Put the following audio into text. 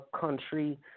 country